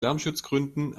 lärmschutzgründen